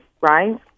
right